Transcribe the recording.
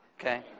okay